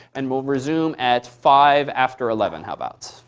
and we'll resume at five after eleven, how about?